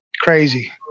Crazy